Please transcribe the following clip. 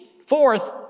Fourth